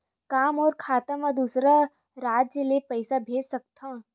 का मोर खाता म दूसरा राज्य ले पईसा भेज सकथव?